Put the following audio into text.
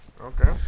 Okay